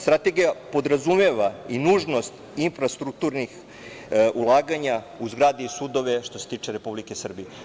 Strategija podrazumeva i nužnost infrastrukturnih ulaganja u zgrade i sudove što se tiče Republike Srbije.